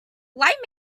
light